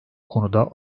konuda